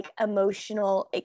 emotional